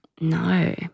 no